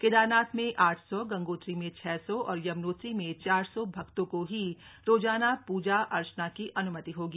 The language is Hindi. केदारनाथ में आठ सौ गंगोत्री में छह सौ और यमनोत्री में चार सौ भक्तों को ही रोजाना प्जा अर्चना की अन्मति होगी